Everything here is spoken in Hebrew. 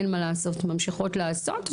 אין מה לעשות ממשיכות לעשות,